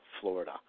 Florida